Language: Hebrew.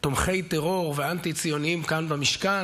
תומכי טרור ואנטי-ציונים כאן במשכן.